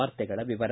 ವಾರ್ತೆಗಳ ವಿವರ